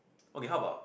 okay how about